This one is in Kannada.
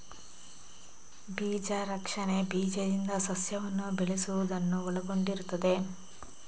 ಬೀಜ ರಕ್ಷಣೆ ಬೀಜದಿಂದ ಸಸ್ಯವನ್ನು ಬೆಳೆಸುವುದನ್ನು ಒಳಗೊಂಡಿರುತ್ತದೆ